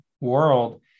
world